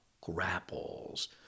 grapples